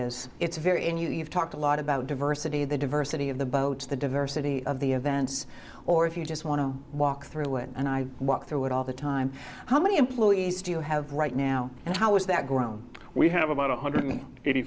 is it's very and you've talked a lot about diversity the diversity of the boats the diversity of the events or if you just want to walk through it and i walk through it all the time how many employees do you have right now and how is that grown we have about one hundred eighty